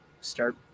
start